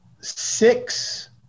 six